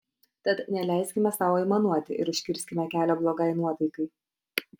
tad neleiskime sau aimanuoti ir užkirskime kelią blogai nuotaikai